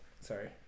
Sorry